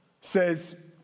says